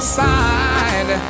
side